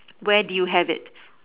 where do you have it